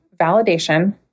validation